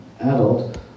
adult